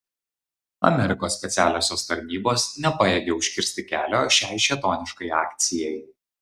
amerikos specialiosios tarnybos nepajėgė užkirsti kelio šiai šėtoniškai akcijai